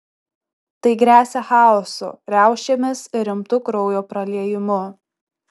tai gresia chaosu riaušėmis ir rimtu kraujo praliejimu